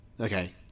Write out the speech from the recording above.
Okay